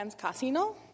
Casino